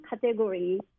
category